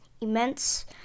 immense